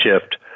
shift